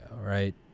right